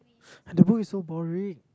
and the book is so boring